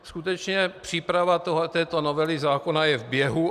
Skutečně příprava této novely zákona je v běhu.